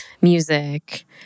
music